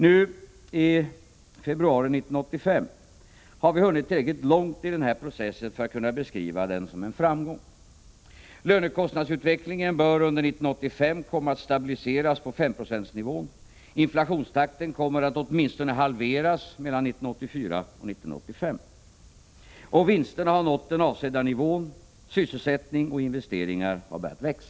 Nu i februari 1985 har vi hunnit tillräckligt långt i den här processen för att kunna beskriva den som en framgång. Lönekostnadsutvecklingen bör under 1985 komma att stabiliseras på 5-procentsnivån. Inflationstakten kommer att åtminstone halveras mellan 1984 och 1985. Vinsterna har nått den avsedda nivån. Sysselsättning och investeringar har börjat växa.